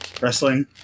wrestling